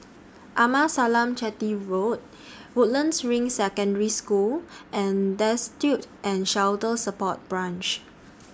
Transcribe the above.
Amasalam Chetty Road Woodlands Ring Secondary School and Destitute and Shelter Support Branch